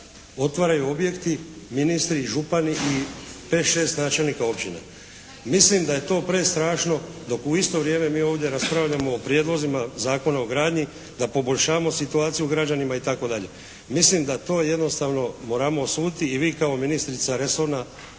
otvaraju objekti, ministri, župani i 5, 6 načelnika općine. Mislim da je to prestrašno dok u isto vrijeme mi ovdje raspravljamo o prijedlozima Zakona o gradnji da poboljšavamo situaciju građanima i tako dalje. Mislim da to jednostavno moramo osuditi i vi kao ministrica resorna